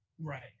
Right